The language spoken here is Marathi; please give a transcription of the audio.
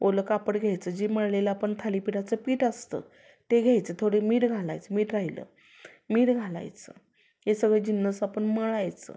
ओलं कापड घ्यायचं जे मळलेलं आपण थालीपीठाचं पीठ असतं ते घ्यायचं थोडं मीठ घालायचं मीठ राहिलं मीठ घालायचं हे सगळे जिन्नस आपण मळायचं